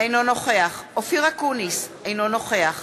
אינו נוכח אופיר אקוניס, אינו נוכח